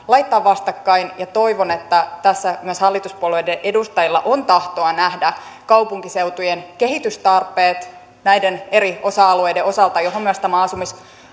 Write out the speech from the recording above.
laittaa vastakkain toivon että tässä myös hallituspuolueiden edustajilla on tahtoa nähdä kaupunkiseutujen kehitystarpeet näiden eri osa alueiden osalta joihin myös tämä